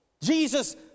Jesus